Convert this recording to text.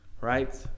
right